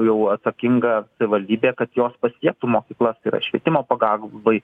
jau atsakinga savivaldybė kad jos pasiektų mokyklas yra švietimo pagagubai